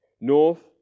North